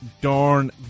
darn